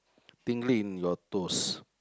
tingly in your toes